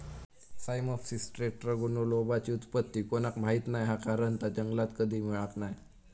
Cyamopsis टेट्रागोनोलोबाची उत्पत्ती कोणाक माहीत नाय हा कारण ता जंगलात कधी मिळाक नाय